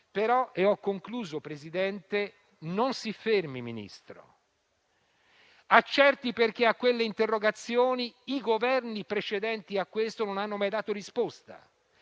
però - ho concluso, Presidente - non si fermi, Ministro; accerti perché a quelle interrogazioni i Governi precedenti a questo non hanno mai dato risposta.